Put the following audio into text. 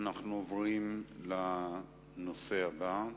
אנחנו עוברים לנושא הבא: